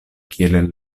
kiel